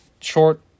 short